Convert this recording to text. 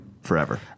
forever